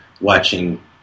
watching